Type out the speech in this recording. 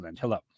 Hello